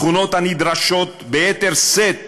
תכונות הנדרשות ביתר שאת